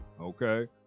Okay